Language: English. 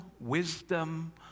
wisdom